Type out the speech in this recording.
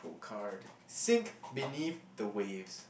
~ple card sink beneath the waves